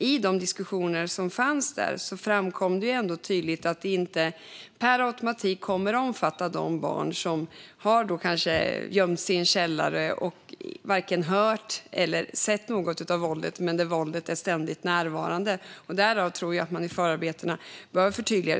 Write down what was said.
I de diskussioner som fördes framkom det ändå tydligt att det inte per automatik kommer att omfatta de barn som kanske har gömt sig i en källare och varken hört eller sett något av våldet men där våldet är ständigt närvarande. Där skulle man kunna förtydliga i förarbetena.